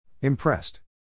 Impressed